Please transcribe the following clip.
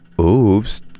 oops